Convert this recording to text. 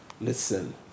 Listen